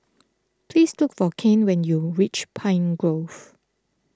please look for Kane when you reach Pine Grove